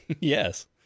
Yes